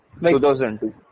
2002